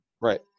Right